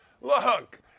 Look